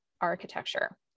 architecture